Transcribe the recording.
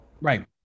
right